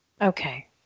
Okay